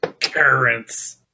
Currents